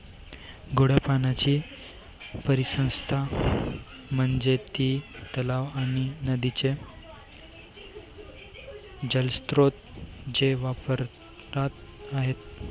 गोड्या पाण्याची परिसंस्था म्हणजे ती तलाव आणि नदीचे जलस्रोत जे वापरात आहेत